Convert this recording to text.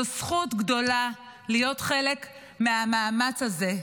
זאת זכות גדולה להיות חלק מהמאמץ הזה.